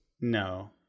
No